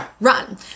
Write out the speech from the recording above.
run